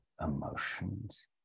emotions